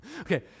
Okay